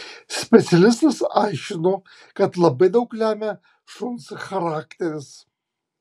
specialistas aiškino kad labai daug lemia šuns charakteris